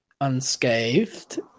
unscathed